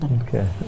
Okay